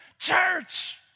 Church